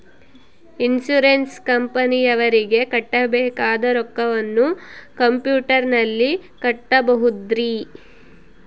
Insurance ಕಂಪನಿಯವರಿಗೆ ಕಟ್ಟಬೇಕಾದ ರೊಕ್ಕವನ್ನು ಕಂಪ್ಯೂಟರನಲ್ಲಿ ಕಟ್ಟಬಹುದ್ರಿ?